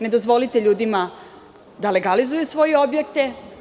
Ne dozvolite ljudima da legalizuju svoje objekte.